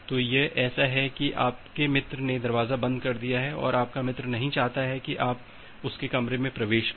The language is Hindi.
तो यह ऐसा है कि आपके मित्र ने दरवाजा बंद कर दिया है और आपका मित्र नहीं चाहता है कि आप उसके कमरे में प्रवेश करें